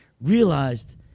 realized